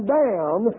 down